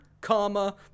comma